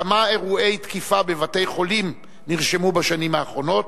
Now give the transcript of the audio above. כמה אירועי תקיפה בבתי-חולים נרשמו בשנים האחרונות?